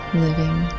living